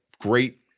great